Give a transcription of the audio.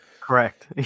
correct